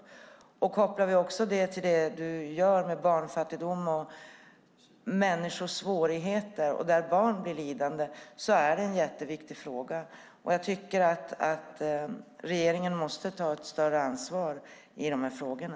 Frågan blir viktig om den kopplas till barnfattigdom, människors svårigheter och att barn blir lidande. Regeringen måste ta ett större ansvar i frågorna.